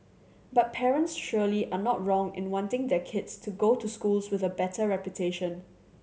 but parents surely are not wrong in wanting their kids to go to schools with a better reputation